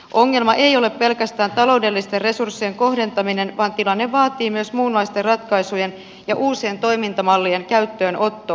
ongelma ei ole pelkästään taloudellisten resurssien kohdentaminen vaan tilanne vaatii myös muunlaisten ratkaisujen ja uusien toimintamallien käyttöönottoa